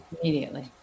Immediately